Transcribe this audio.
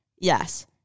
yes